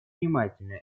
внимательно